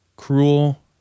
cruel